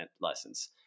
lessons